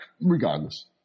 regardless